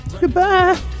Goodbye